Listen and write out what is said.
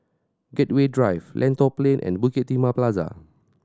Gateway Drive Lentor Plain and Bukit Timah Plaza